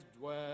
dwell